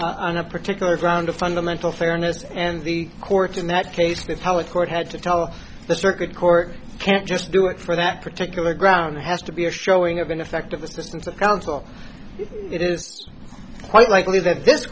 a particular ground of fundamental fairness and the courts in that case that's how it court had to tell the circuit court can't just do it for that particular ground has to be a showing of ineffective assistance of counsel it is quite likely that this